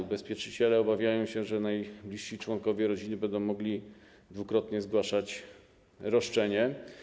Ubezpieczyciele obawiają się, że najbliżsi członkowie rodziny będą mogli dwukrotnie zgłaszać roszczenie.